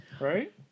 Right